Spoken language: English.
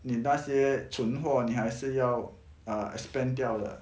你那些存货你还是要 ugh expand 掉的